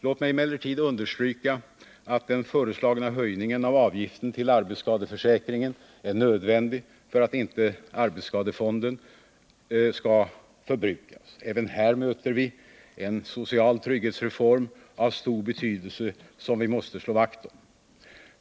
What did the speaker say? Låt mig emellertid understryka att den föreslagna höjningen av avgiften till arbetsskadeförsäkringen är nödvändig för att inte arbetsskadefonden skall förbrukas. Även här möter vi en social trygghetsreform av stor betydelse, som vi måste slå vakt om.